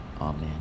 Amen